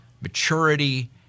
maturity